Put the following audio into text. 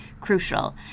crucial